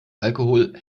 alkohol